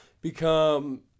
become